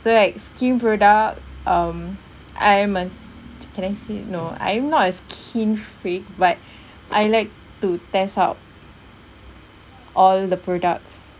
so like skin product um I am a can I say no I'm not a skin freak but I like to test out all the products